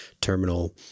Terminal